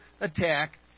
attack